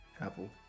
Apple